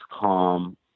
calm